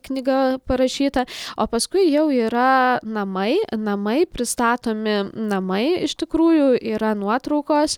knyga parašyta o paskui jau yra namai namai pristatomi namai iš tikrųjų yra nuotraukos